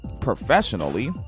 professionally